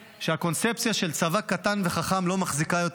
שב"ס וכו' וכל זאת תחת הגבלה מספרית שתכליתה ברורה: